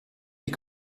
die